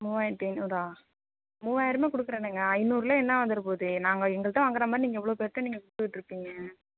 மூவாயிரத்து ஐநூறா மூவாயிரமே கொடுக்குறேனேங்க ஐநூறுவில என்ன வந்துற போகுது நாங்கள் எங்கள்கிட்ட வாங்கற மாதிரி எவ்வளோ பேர்கிட்ட விற்றுட்ருப்பீங்க